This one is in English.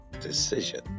decision